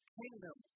kingdom